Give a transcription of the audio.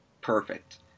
perfect